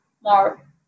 more